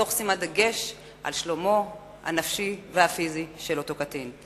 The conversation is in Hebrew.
תוך שימת דגש על שלומו הנפשי והפיזי של אותו קטין.